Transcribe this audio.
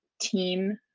team